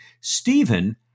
Stephen